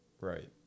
Right